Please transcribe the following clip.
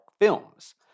Films